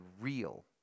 real